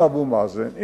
עם אבו מאזן,